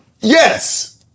Yes